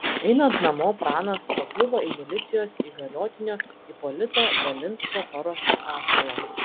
einant namo pranas pakliuvo į milicijos įgaliotinio ipolito balinsko paruoštą pasalą